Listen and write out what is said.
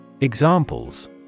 Examples